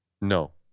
No